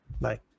Bye